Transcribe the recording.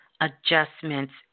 adjustments